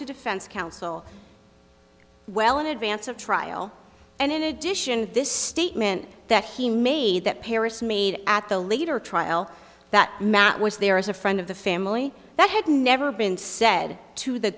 to defense counsel well in advance of trial and in addition to this statement that he made that paris made at the later trial that matt was there as a friend of the family that had never been said to the